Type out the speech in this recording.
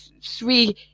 three